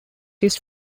his